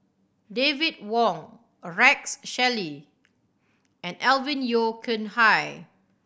David Wong Rex Shelley and Alvin Yeo Khirn Hai